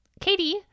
Katie